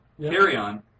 carry-on